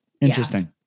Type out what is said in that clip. Interesting